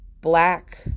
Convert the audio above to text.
black